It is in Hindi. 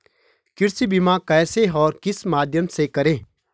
कृषि बीमा कैसे और किस माध्यम से करें?